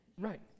Right